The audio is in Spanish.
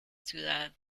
ciudad